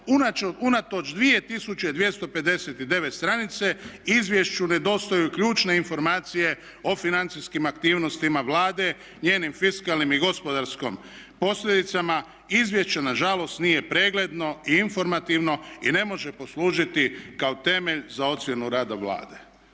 "unatoč 2259 stranica izvješću nedostaju ključne informacije o financijskim aktivnostima Vlade, njenim fiskalnim i gospodarskim posljedicama, izvješće nažalost nije pregledno i informativno i ne može poslužiti kao temelj za ocjenu rada Vlade."